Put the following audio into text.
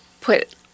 put